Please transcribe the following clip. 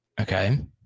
Okay